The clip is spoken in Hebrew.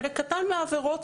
חלק קטן מהעבירות,